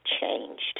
changed